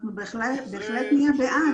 אנחנו בהחלט נהיה בעד.